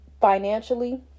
financially